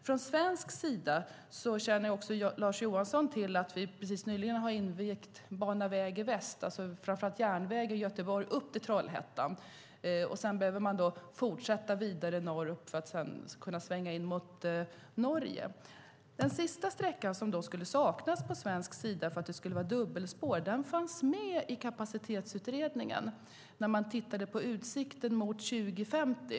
Från svensk sida känner också Lars Johansson till att vi precis nyligen har invigt Bana Väg i Väst, alltså framför allt järnväg från Göteborg upp till Trollhättan. Sedan behöver man fortsätta vidare norrut för att kunna svänga in mot Norge. Den sista sträckan som skulle saknas på svensk sida för att det skulle vara dubbelspår fanns med i Kapacitetsutredningen när man tittade på utsikten mot 2050.